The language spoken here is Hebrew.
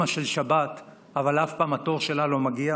של שבת אבל אף פעם התור שלה לא מגיע?